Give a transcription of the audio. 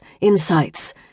insights